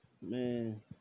Man